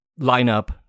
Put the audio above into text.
lineup